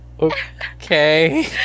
okay